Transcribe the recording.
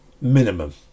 minimum